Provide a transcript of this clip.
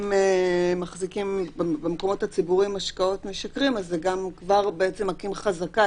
אם מחזיקים במקומות הציבוריים משקאות משכרים אז זה כבר מקים חזקה,